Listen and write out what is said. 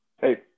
Hey